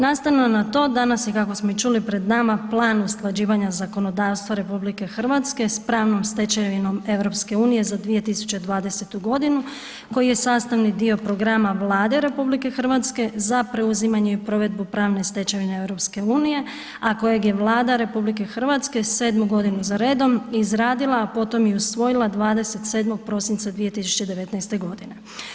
Nastavno na to danas je kako smo i čuli pred nama Plan usklađivanja zakonodavstva RH s pravnom stečevinom EU za 2020. godinu koji je sastavni dio programa Vlade RH za preuzimanje i provedbu pravne stečevine EU, a kojeg je Vlada RH sedmu godinu za redom izradila, a potom i usvojila 27. prosinca 2019. godine.